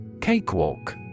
Cakewalk